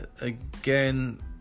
again